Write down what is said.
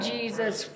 Jesus